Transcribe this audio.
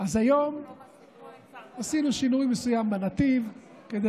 אז היום עשינו שינוי מסוים בנתיב כדי